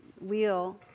wheel